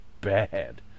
bad